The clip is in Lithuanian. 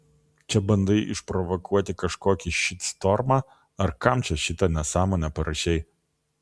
čia bandai išprovokuoti kažkokį šitstormą ar kam čia šitą nesąmonę parašei